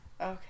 okay